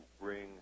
bring